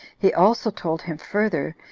he also told him further,